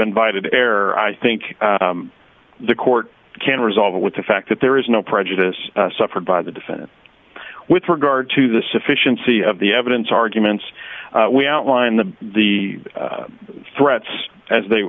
invited error i think the court can resolve it with the fact that there is no prejudice suffered by the defendant with regard to the sufficiency of the evidence arguments we outline the the threats as they